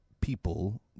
people